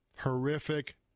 horrific